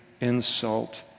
insult